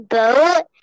boat